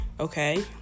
okay